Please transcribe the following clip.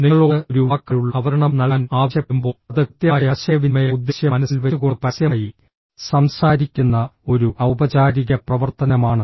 നിങ്ങളോട് ഒരു വാക്കാലുള്ള അവതരണം നൽകാൻ ആവശ്യപ്പെടുമ്പോൾ അത് കൃത്യമായ ആശയവിനിമയ ഉദ്ദേശ്യം മനസ്സിൽ വെച്ചുകൊണ്ട് പരസ്യമായി സംസാരിക്കുന്ന ഒരു ഔപചാരിക പ്രവർത്തനമാണ്